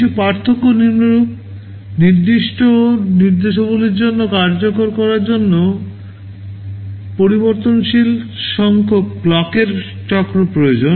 কিছু পার্থক্য নিম্নরূপ নির্দিষ্ট নির্দেশাবলীর জন্য কার্যকর করার জন্য পরিবর্তনশীল সংখ্যক ক্লকের চক্র প্রয়োজন